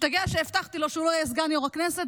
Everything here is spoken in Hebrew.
משתגע שהבטחתי לו שהוא לא יהיה סגן יו"ר הכנסת,